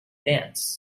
dance